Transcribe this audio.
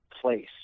place